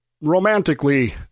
romantically